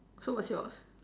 so what's yours